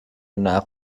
نقل